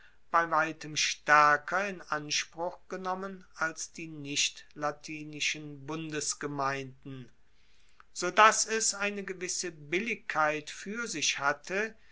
bei weitem staerker in anspruch genommen als die nichtlatinischen bundesgemeinden so dass es eine gewisse billigkeit fuer sich hatte